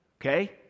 Okay